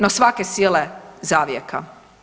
No, svake sile zavijeka.